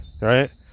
right